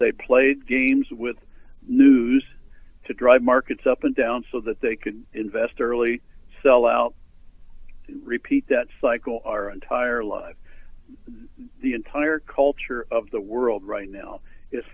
they played games with news to drive markets up and down so that they can invest early sell out repeat that cycle our entire lives the entire culture of the world right now is